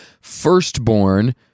firstborn